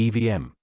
EVM